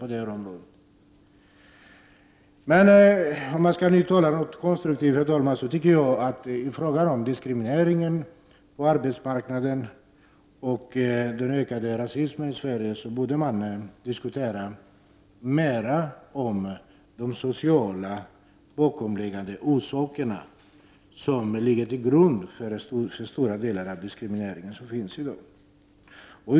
För att säga någonting konstruktivt anser jag, i fråga om diskriminering på arbetsmarknaden och den ökade rasismen i Sverige, att man borde diskutera mer kring de sociala bakomliggande orsakerna, vilka ligger till grund för stora delar av den diskriminering som finns i dag.